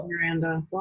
Miranda